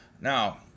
Now